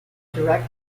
direct